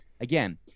again